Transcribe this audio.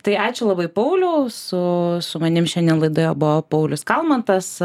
tai ačiū labai pauliau su su manim šiandien laidoj buvo paulius kalmantas